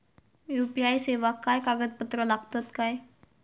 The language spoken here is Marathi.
यू.पी.आय सेवाक काय कागदपत्र लागतत काय?